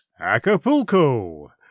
Acapulco